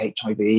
HIV